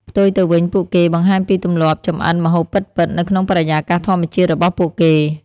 ផ្ទុយទៅវិញ ពួកគេ បង្ហាញពីទម្លាប់ចម្អិនម្ហូបពិតៗ នៅក្នុងបរិយាកាសធម្មជាតិរបស់ពួកគេ។